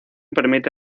permite